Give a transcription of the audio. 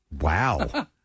wow